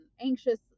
anxious